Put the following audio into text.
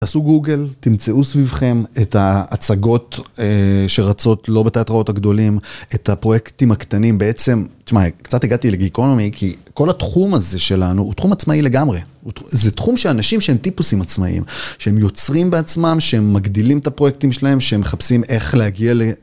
תעשו גוגל, תמצאו סביבכם את ההצגות שרצות, לא בתיאטראות הגדולים, את הפרויקטים הקטנים בעצם, תשמע, קצת הגעתי לגייקונומי כי כל התחום הזה שלנו הוא תחום עצמאי לגמרי. זה תחום שאנשים שהם טיפוסים עצמאיים, שהם יוצרים בעצמם, שהם מגדילים את הפרויקטים שלהם, שהם מחפשים איך להגיע ל...